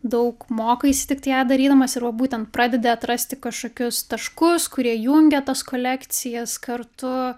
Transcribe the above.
daug mokais tiktai ją darydamas ir va būtent pradedi atrasti kažkokius taškus kurie jungia tas kolekcijas kartu